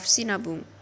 Sinabung